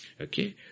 Okay